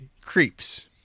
Creeps